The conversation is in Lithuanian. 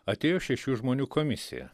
atėjo šešių žmonių komisija